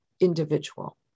individual